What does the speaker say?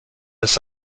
ist